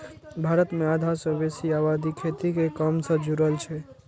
भारत मे आधा सं बेसी आबादी खेती के काम सं जुड़ल छै